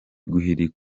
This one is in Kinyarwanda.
malia